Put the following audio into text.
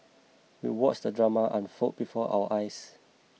we watched the drama unfold before our eyes